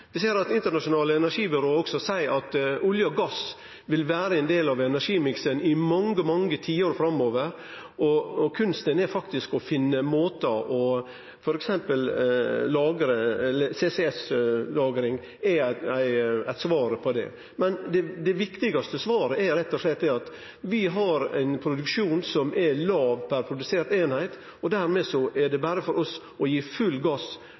Vi ser at internasjonale energibyrå også seier at olje og gass vil vere ein del av energimiksen i mange tiår framover. Kunsten er å finne måtar å lagre på, og CCS er eit svar på det. Men det viktigaste svaret er rett og slett at vi har ein produksjon som har låge utslepp per produsert eining. Dermed er det for oss berre å gi full gass